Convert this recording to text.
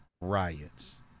riots